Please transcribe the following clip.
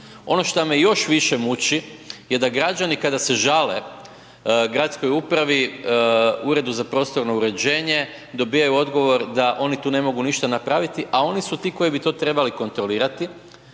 Ono šta me još više muči je da građani kada se žale gradskoj upravi Uredu za prostornoj uređenje dobivaju odgovor da oni tu ne mogu ništa napraviti, a oni su ti koji bi to trebali kontrolirati